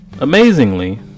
Amazingly